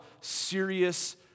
serious